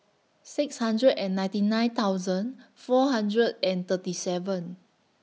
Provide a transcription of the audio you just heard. six hundred and ninety nine thousand four hundred and thirty seven